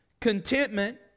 Contentment